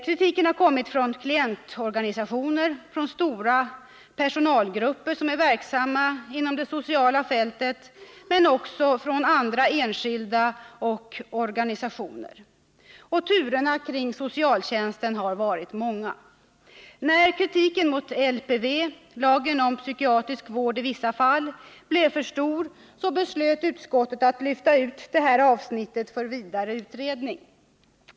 Kritiken har kommit från klientorganisationer, från stora personalgrupper som är verksamma inom det sociala fältet men också från enskilda och organisationer. Turerna kring socialtjänsten har varit många. Men när kritiken mot LPV, lagen om psykiatrisk vård i vissa fall, blev alltför omfattande beslöt utskottet att lyfta ut detta avsnitt för vidare utredning.